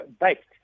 baked